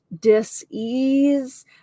dis-ease